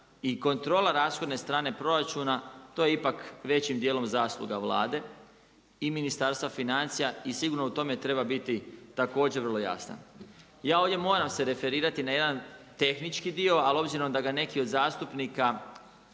i kontrola rashodne strane proračuna to je ipak većim dijelom zasluga Vlade i Ministarstva financija i sigurno u tome treba biti također vrlo jasan. Ja ovdje se moram referirati na jedan tehnički dio, ali obzirom da ga neki od zastupnika